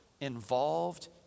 involved